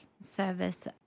service